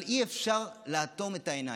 אבל אי-אפשר לעצום את העיניים.